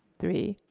three?